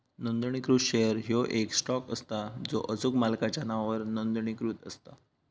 नोंदणीकृत शेअर ह्यो येक स्टॉक असता जो अचूक मालकाच्या नावावर नोंदणीकृत असता